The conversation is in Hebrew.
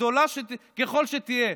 גדולה ככל שתהיה,